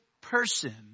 person